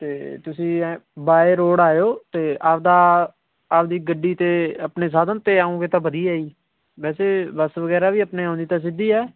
ਅਤੇ ਤੁਸੀਂ ਐਂ ਬਾਏ ਰੋਡ ਆਇਓ ਅਤੇ ਆਪਦਾ ਆਪਦੀ ਗੱਡੀ 'ਤੇ ਆਪਣੇ ਸਾਧਨ 'ਤੇ ਆਉਂਗੇ ਤਾਂ ਵਧੀਆ ਜੀ ਵੈਸੇ ਬੱਸ ਵਗੈਰਾ ਵੀ ਆਪਣੇ ਆਉਂਦੀ ਤਾਂ ਸਿੱਧੀ ਹੈ